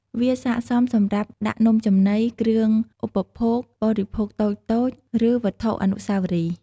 វាស័ក្តិសមសម្រាប់ដាក់នំចំណី គ្រឿងឧបភោគបរិភោគតូចៗ ឬវត្ថុអនុស្សាវរីយ៍។